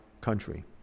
country